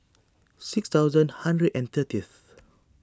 six thousand a hundred and thirtieth